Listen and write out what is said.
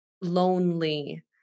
lonely